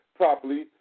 properly